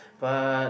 but